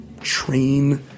train